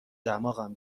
دماغم